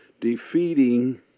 defeating